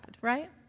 right